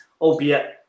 albeit